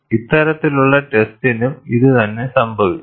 ഇത്തരത്തിലുള്ള ടെസ്റ്റിനും ഇതുതന്നെ സംഭവിച്ചു